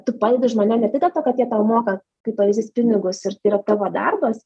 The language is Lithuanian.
tu padedi žmonėm ne tik dėl to kad jie tau moka kaip pavyzdys pinigus ir tai yra tavo darbas